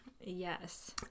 Yes